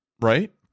Right